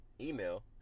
email